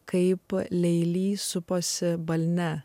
kaip lėlys suposi balne